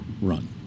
run